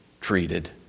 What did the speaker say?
treated